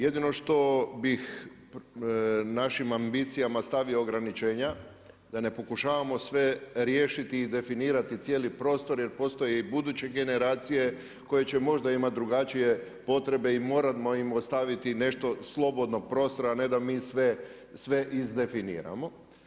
Jedino što bih našim ambicijama stavio ograničenja da ne pokušavamo sve riješiti i definirati cijeli prostor jer postoje buduće generacije koje će možda imati drugačije potrebe i moramo im ostaviti nešto slobodnog prostora a ne da mi sve izdefiniramo.